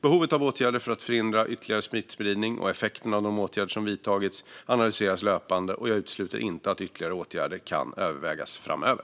Behovet av åtgärder för att förhindra ytterligare smittspridning och effekten av de åtgärder som vidtagits analyseras löpande, och jag utesluter inte att ytterligare åtgärder kan övervägas framöver.